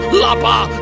lapa